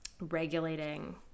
regulating